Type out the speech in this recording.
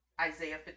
Isaiah